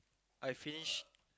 I finish